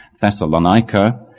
Thessalonica